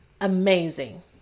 Amazing